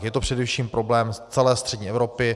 Je to především problém celé střední Evropy.